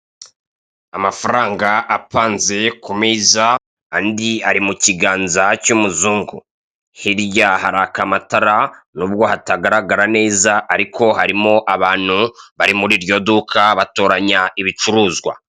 Amafaranga apanze kumeza andi ari mukiganza cy'umuzungu, hirya haraka amatara n'ubwo hatagaragara neza ariko harimo abantu bari muri iryo duka batoranya ibicuruzwa.